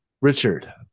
richard